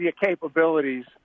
capabilities